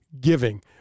giving